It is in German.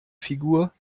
figur